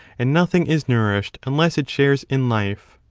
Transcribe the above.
and nothing is nourished unless it shares in life.